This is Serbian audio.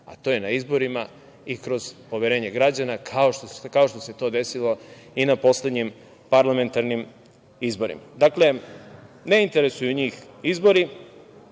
a to je na izborima i kroz poverenje građana kao što se to desilo i na poslednjim parlamentarnim izborima. Ne interesuju njih izbori,